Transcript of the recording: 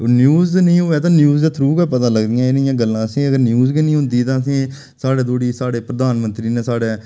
ओह् न्यूज नेईं होवै तां न्यूज दे थ्रू गै पता लगदियां एह् नेहियां गल्लां असें ई ते जे न्यूज गै नेईं होंदी तां असें ई साढ़े धोड़ी साढ़े प्रधानमंत्री नै साढ़े